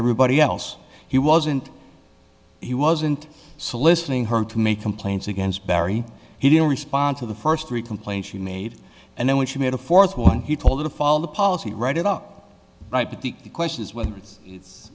everybody else he wasn't he wasn't soliciting her to make complaints against barry he didn't respond to the first three complaints she made and then when she made a fourth one he told a follow the policy write it up but the question is whether it's